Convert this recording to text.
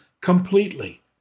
completely